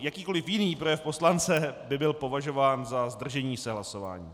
Jakýkoli jiný projev poslance by byl považován za zdržení se hlasování.